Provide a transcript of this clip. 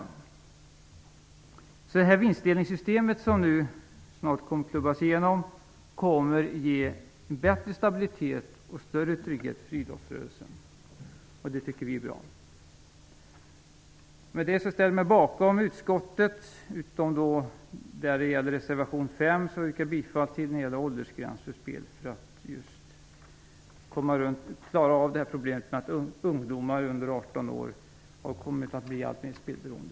Det vinstdelningssystem som strax klubbas igenom här kommer alltså att ge en bättre stabilitet och en större trygghet för idrottsrörelsen. Det tycker vi är bra. Med detta ställer jag mig bakom utskottets skrivning, men reservation 5 yrkar jag bifall till. Det gäller alltså åldersgränsen för spel för att klara problemet med att ungdomar under 18 år har kommit att bli alltmer spelberoende.